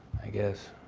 i guess.